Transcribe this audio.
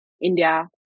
India